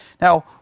Now